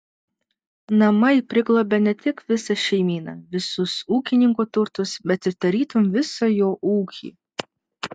namai priglobia ne tik visą šeimyną visus ūkininko turtus bet ir tarytum visą jo ūkį